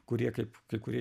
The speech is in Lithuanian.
kurie kaip kai kurie